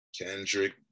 Kendrick